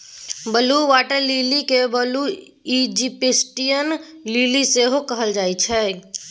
blue water lily केँ blue Egyptian lily सेहो कहल जाइ छै